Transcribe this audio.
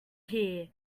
here